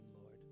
Lord